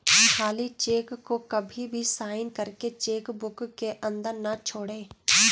खाली चेक को कभी भी साइन करके चेक बुक के अंदर न छोड़े